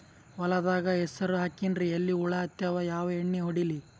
ಹೊಲದಾಗ ಹೆಸರ ಹಾಕಿನ್ರಿ, ಎಲಿ ಹುಳ ಹತ್ಯಾವ, ಯಾ ಎಣ್ಣೀ ಹೊಡಿಲಿ?